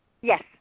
Yes